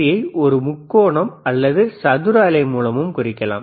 யை ஒரு முக்கோணம் அல்லது சதுர அலை மூலம் குறிக்கலாம்